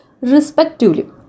respectively